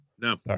no